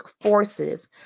forces